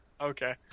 Okay